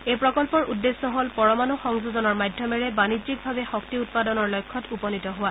এই প্ৰকল্পৰ উদ্দেশ্য হল পৰমাণু সংযোজনৰ মাধ্যমেৰে বাণিজ্যিকভাৱে শক্তি উৎপাদনৰ লক্ষ্যত উপনীত হোৱা